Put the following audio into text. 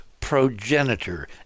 progenitor